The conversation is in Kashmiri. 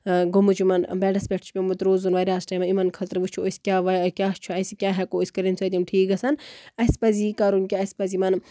گوٚمُت چھُ یِمن بیڈَس پٮ۪ٹھ چھُ پیوٚمُت روزُن واریاہَس ٹامَس یِمن خٲطرٕ وٕچھو أسۍ کیاہ چھُ اَسہِ کیاہ ہٮ۪کَو أسۍ کٔرِتھ ییٚمہِ سۭتۍ یِم ٹھیٖک گژھن اَسہِ پَزِ یہِ کَرُن کہِ اَسہِ پزِ یِمن